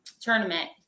Tournament